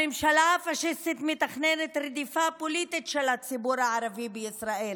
הממשלה הפשיסטית מתכננת רדיפה פוליטית של הציבור הערבי בישראל